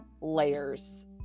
layers